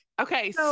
okay